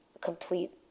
complete